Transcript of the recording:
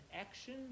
action